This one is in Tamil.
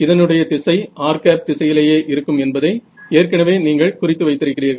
இதனுடைய திசை r திசையிலேயே இருக்கும் என்பதை ஏற்கனவே நீங்கள் குறித்து வைத்திருக்கிறீர்கள்